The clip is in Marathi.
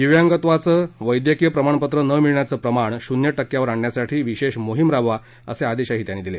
दिव्यांगत्वाचं वैद्यकीय प्रमाणपत्र न मिळण्याचं प्रमाण शून्य टक्क्यावर आणण्यासाठी विशेष मोहिम राबवा असे आदेशही त्यांनी दिले